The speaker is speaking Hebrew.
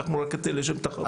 לקחנו רק את אלה שהן תחרותיות.